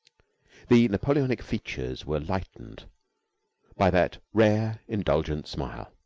the napoleonic features were lightened by that rare, indulgent smile.